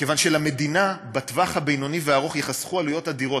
כיוון שלמדינה בטווח הבינוני והארוך ייחסכו עלויות אדירות.